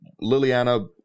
Liliana